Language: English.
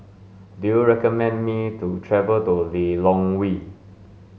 do you recommend me to travel to Lilongwe